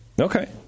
Okay